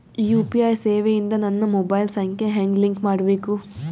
UPI ಸೇವೆ ಇಂದ ನನ್ನ ಮೊಬೈಲ್ ಸಂಖ್ಯೆ ಹೆಂಗ್ ಲಿಂಕ್ ಮಾಡಬೇಕು?